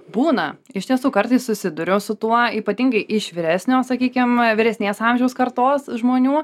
būna iš tiesų kartais susiduriu su tuo ypatingai iš vyresnio sakykim vyresnės amžiaus kartos žmonių